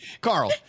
Carl